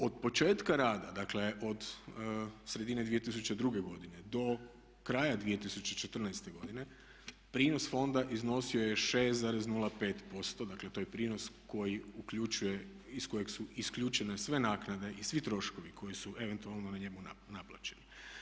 Od početka rada, dakle od sredine 2002.godine do kraja 2014.godine prinos fonda iznosio je 6,05% dakle to je prinos koji uključuje, iz kojeg su isključene sve naknade i svi troškovi koji su eventualno na njemu naplaćeno.